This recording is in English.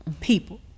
people